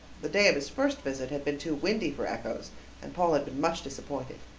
the day of his first visit had been too windy for echoes and paul had been much disappointed.